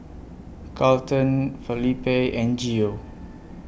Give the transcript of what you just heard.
Carlton Felipe and Geo